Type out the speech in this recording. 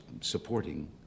supporting